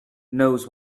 knows